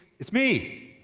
it's me.